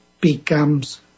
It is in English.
becomes